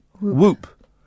Whoop